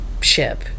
ship